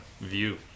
view